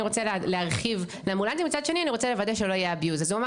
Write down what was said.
רוצה להרחיב לאמבולנסים ומצד שני אני רוצה לוודא שלא יהיה ניצול.